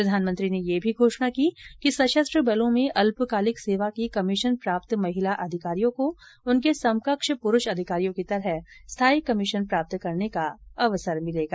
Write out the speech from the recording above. प्रधानमंत्री ने यह भी घोषणा की कि सशस्त्र बलों में अल्पकालिक सेवा की कमीशन प्राप्त महिला अधिकारियों को उनके समकक्ष प्ररूष अधिकारियों की तरह स्थायी कमीशन प्राप्त करने का अवसर मिलेगा